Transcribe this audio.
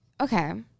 Okay